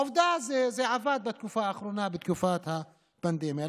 עובדה שזה עבד בתקופה האחרונה, בתקופת הפנדמיה.